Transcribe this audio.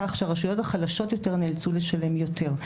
כך שהרשויות החלשות יותר נאלצו לשלם יותר.